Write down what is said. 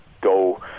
go